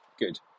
good